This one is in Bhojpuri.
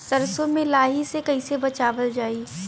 सरसो में लाही से कईसे बचावल जाई?